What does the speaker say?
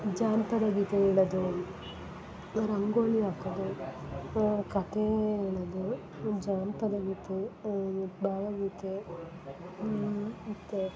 ಜಾನಪದ ಗೀತೆಗಳು ಮತ್ತು ರಂಗೋಲಿ ಹಾಕೋದು ಕತೆ ಹೇಳದು ಜಾನಪದ ಗೀತೆ ಭಾವಗೀತೆ ಮತ್ತು